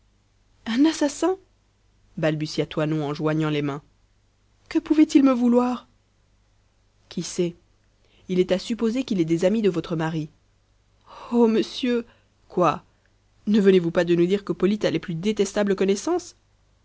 un assassin balbutia toinon en joignant les mains que pouvait-il me vouloir qui sait il est a supposer qu'il est des amis de votre mari oh monsieur quoi ne venez-vous pas de nous dire que polyte a les plus détestables connaissances